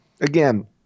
again